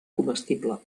comestible